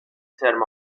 ترم